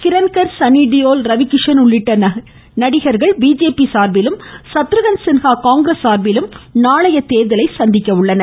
கிரண்கா் சன்னிடியோல் ரவிகிஷன் உள்ளிட்ட நடிகர்கள் பிஜேபி சார்பிலும் சத்ருகன் சின்ஹா காங்கிரஸ் சார்பிலும் நாளைய தேர்தலை சந்திக்கின்றனர்